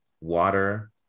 water